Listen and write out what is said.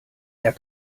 der